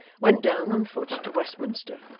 went down on foot to westminster.